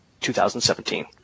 2017